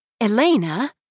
Elena